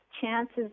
chances